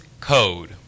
code